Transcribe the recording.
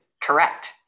correct